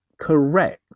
correct